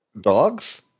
Dogs